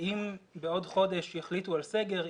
אם בעוד חודש יחליטו על סגר,